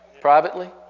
privately